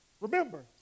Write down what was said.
Remember